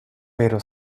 pero